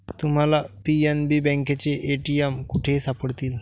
तुम्हाला पी.एन.बी बँकेचे ए.टी.एम कुठेही सापडतील